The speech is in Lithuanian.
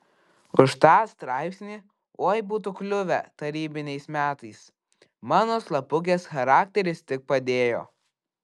už tą straipsnį oi būtų kliuvę tarybiniais metais mano slapukės charakteris tik padėjo